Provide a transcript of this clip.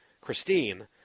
Christine